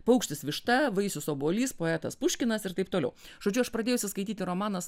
paukštis višta vaisius obuolys poetas puškinas ir taip toliau žodžiu aš pradėjusi skaityti romaną s